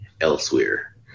elsewhere